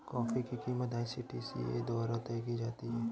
coffee की कीमत ICTA द्वारा तय की जाती है